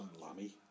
Lammy